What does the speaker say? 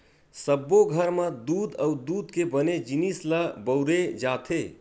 सब्बो घर म दूद अउ दूद के बने जिनिस ल बउरे जाथे